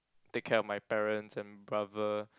take care of my parents and brother